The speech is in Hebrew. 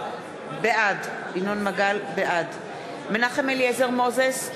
בעד מנחם אליעזר מוזס,